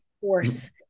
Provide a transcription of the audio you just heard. force